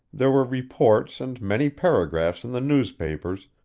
there were reports and many paragraphs in the newspapers,